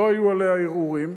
לא היו עליה ערעורים,